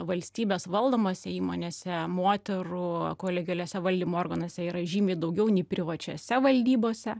valstybės valdomose įmonėse moterų kolegialiuose valdymo organuose yra žymiai daugiau nei privačiose valdybose